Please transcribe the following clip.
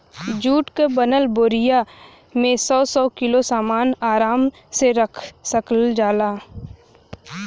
जुट क बनल बोरिया में सौ सौ किलो सामन आराम से रख सकल जाला